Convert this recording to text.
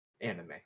Anime